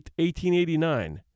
1889